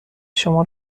شما